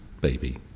baby